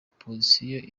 opozisiyo